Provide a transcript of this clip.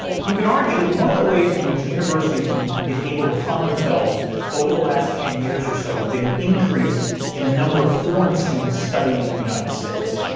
you can argue that one of the ways in which universities have been able to fund themselves over the last ten years or so has been an increase in the number of foreign students studying in the united states.